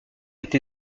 été